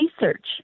research